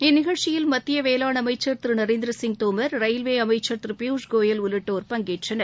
இந்நிகழ்ச்சியில் மத்திய வேளாண் அமைச்சர் திரு நரேந்திர சிங் தோமர் ரயில்வே அமைச்சர் திரு பியூஷ் கோயல் உள்ளிட்டோர் பங்கேற்றனர்